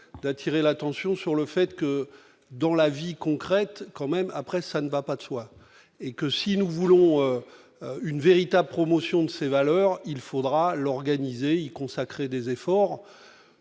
d'attirer l'attention sur le fait que dans la vie concrète quand même après ça ne va pas de soi, et que si nous voulons une véritable promotion de ses valeurs, il faudra l'organiser y consacrer des efforts